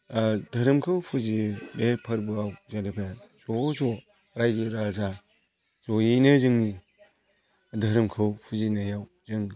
धोरोमखौ फुजियो बे फोरबोआव जेनेबा ज' ज' रायजो राजा जयैनो जोङो धोरोमखौ फुजिनायाव जों